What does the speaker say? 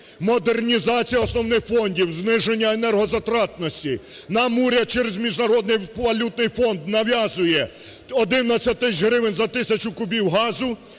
модернізація основних фондів, зниженняенергозатратності. Нам уряд через Міжнародний валютний фонд нав'язує 11 тисяч гривень за 1 тисячу кубів газу,